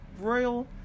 Royal